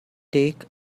take